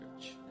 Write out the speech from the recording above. church